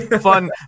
fun